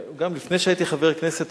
גם לפני שהייתי חבר כנסת,